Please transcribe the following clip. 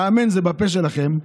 ה"אמן" זה בפה שלכם,